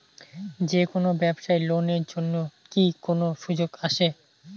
যে কোনো ব্যবসায়ী লোন এর জন্যে কি কোনো সুযোগ আসে?